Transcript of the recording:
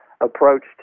approached